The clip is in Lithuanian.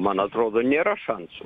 man atrodo nėra šansų